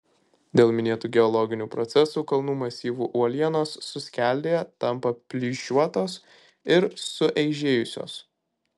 dėl minėtų geologinių procesų kalnų masyvų uolienos suskeldėja tampa plyšiuotos ir sueižėjusios